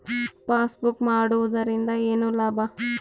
Passbook ಮಾಡುದರಿಂದ ಏನು ಲಾಭ?